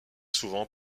souvent